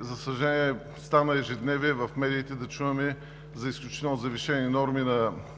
За съжаление, стана ежедневие в медиите да чуваме за изключително завишени норми –